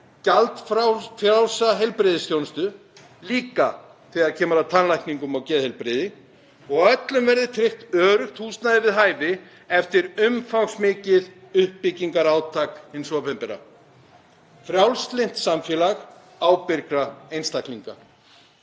gjaldfrjálsa heilbrigðisþjónustu, líka þegar kemur að tannlækningum og geðheilbrigði. Öllum verði tryggt öruggt húsnæði við hæfi eftir umfangsmikið uppbyggingarátak hins opinbera. Frjálslynt samfélag ábyrgra einstaklinga.